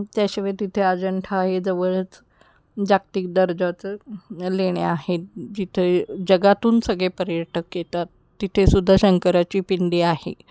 त्याशिवाय तिथे अजंठा आहे जवळच जागतिक दर्जाचं लेणे आहेत जिथे जगातून सगळे पर्यटक येतात तिथेसुद्धा शंकराची पिंडी आहे